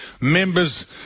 members